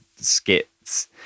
skits